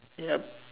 yup